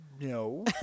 No